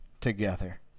together